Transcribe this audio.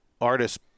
artists